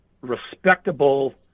respectable